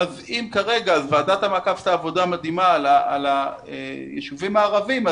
ועדת המעקב עשתה עבודה מדהימה לגבי הישובים הערביים.